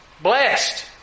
Blessed